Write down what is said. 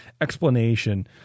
explanation